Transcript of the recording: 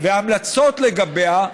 והמלצות לגביה,